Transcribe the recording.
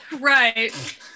right